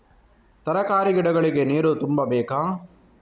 ತರಕಾರಿ ಗಿಡಗಳಿಗೆ ನೀರು ತುಂಬಬೇಕಾ?